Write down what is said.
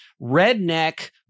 redneck